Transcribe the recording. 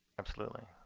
absolutely,